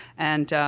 and,